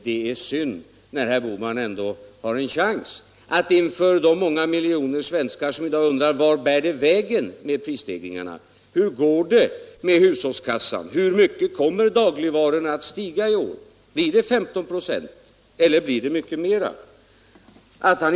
Det är synd att herr Bohman inte nu tar chansen att förklara sig en smula inför de många miljoner svenskar som i dag undrar vart det bär iväg med prisstegringarna, hur det går med hushållskassan, hur mycket dagligvarorna kommer att stiga i år — blir det 15 96 eller blir det mycket mer.